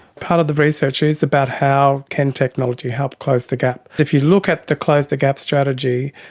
part of the research is about how can technology help close the gap. if you look at the close the gap strategy,